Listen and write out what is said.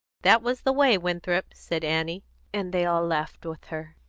that was the way, winthrop, said annie and they all laughed with her.